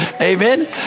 Amen